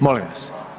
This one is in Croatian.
Molim vas!